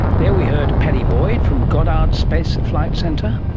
there we heard padi boyd from goddard space flight centre,